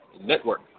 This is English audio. Network